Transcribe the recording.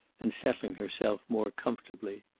and settling herself more comfortably.